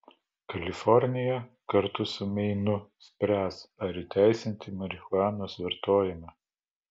kalifornija kartu su meinu spręs ar įteisinti marihuanos vartojimą